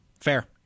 Fair